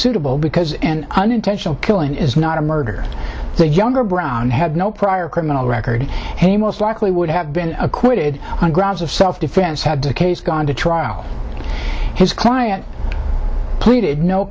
suitable because unintentional killing is not a murder the younger brown had no prior criminal record hey most likely would have been acquitted on grounds of self defense had the case gone to trial his client pleaded no